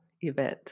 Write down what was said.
event